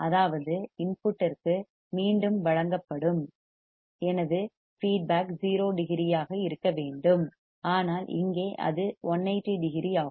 அதாவது இன்புட்டிற்கு மீண்டும் வழங்கப்படும் எனது ஃபீட்பேக் 0 டிகிரியாக இருக்க வேண்டும் ஆனால் இங்கே அது 180 டிகிரி ஆகும்